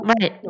Right